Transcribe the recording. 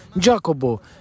Jacobo